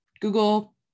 Google